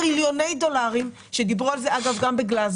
טריליוני דולרים ודיברו על זה גם בגלזגו